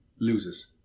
loses